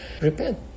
repent